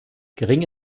gering